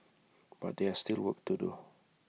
but there still work to do